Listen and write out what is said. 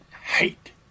hate